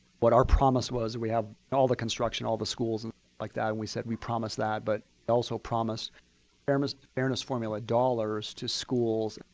what our promise was, we have and all the construction, all the schools and like that, and we said we promise that. but we also promised fairness fairness formula dollars to schools,